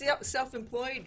self-employed